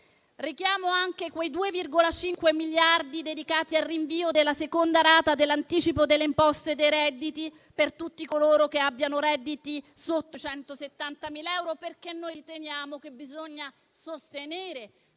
Richiamo anche quei 2,5 miliardi dedicati al rinvio della seconda rata dell'anticipo delle imposte dei redditi per tutti coloro che abbiano redditi sotto i 170.000 euro. Noi riteniamo che bisogna sostenere,